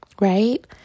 right